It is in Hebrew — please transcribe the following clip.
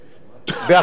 באחריות.